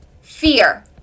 fear